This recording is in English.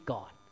God